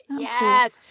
Yes